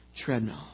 treadmill